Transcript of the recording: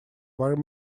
while